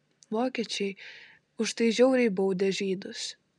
vokiečiai už tai žiauriai baudė žydus